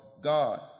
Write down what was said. God